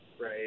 right